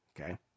Okay